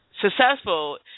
successful